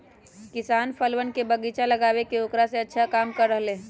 किसान फलवन के बगीचा लगाके औकरा से अच्छा कमा रहले है